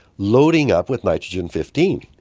loading up with nitrogen fifteen,